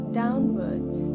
downwards